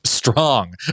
Strong